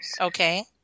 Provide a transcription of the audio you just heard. okay